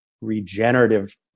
regenerative